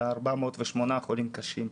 על ה-408 חולים קשים.